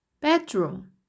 Bedroom